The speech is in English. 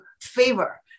favor